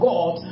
God